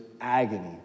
agony